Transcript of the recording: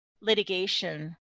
litigation